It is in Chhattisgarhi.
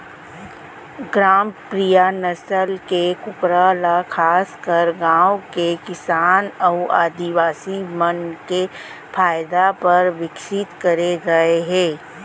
ग्रामप्रिया नसल के कूकरा ल खासकर गांव के किसान अउ आदिवासी मन के फायदा बर विकसित करे गए हे